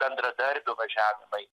bendradarbių važiavimai